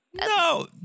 No